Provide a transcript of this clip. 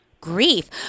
grief